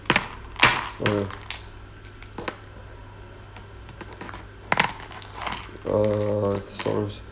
orh orh